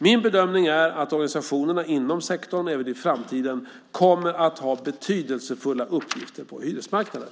Min bedömning är att organisationerna inom sektorn även i framtiden kommer att ha betydelsefulla uppgifter på hyresmarknaden.